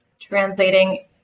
translating